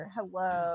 Hello